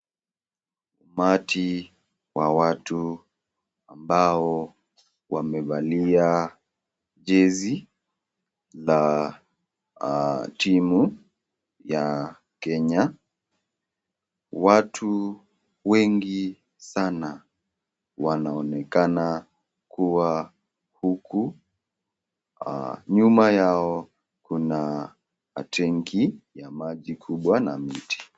Umati wa watu ambao wamevalia jezi la timu ya Kenya. Watu wengi sana wanaonekana kuwa huku. Nyuma yao kuna tenki kubwa na miti.